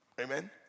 Amen